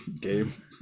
game